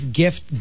gift